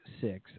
six